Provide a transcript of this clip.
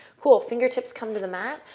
cool. fingertips come to the mat.